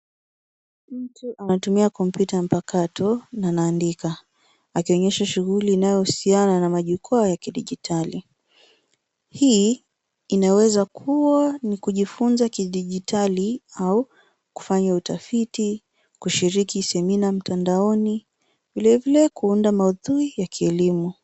Mtu anatumia kompyuta mpakato na anaandika akionyesha shughuli inayohusiana na majukwaa ya kidijitali. Hii inaweza kuwa ni kujifunza kidijitali au kufanya utafiti, kushiriki semina mtandaoni, vile vile kuunda maudhui ya kielimu.